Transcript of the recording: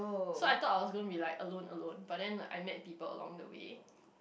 so I thought I was gonna be like alone alone but then like I met people along the way